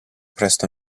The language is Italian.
presto